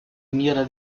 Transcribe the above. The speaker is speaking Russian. мира